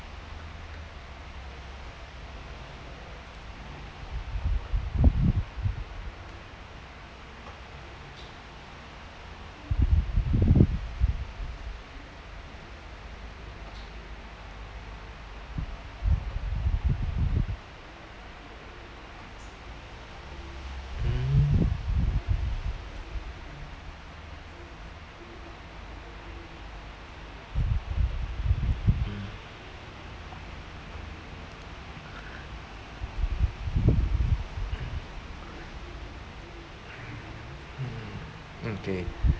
mm okay